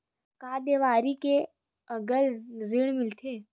का देवारी के अलग ऋण मिलथे?